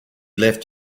left